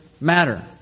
matter